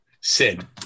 Sid